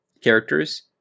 characters